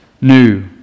new